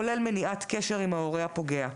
כולל מניעת קשר עם ההורה הפוגע.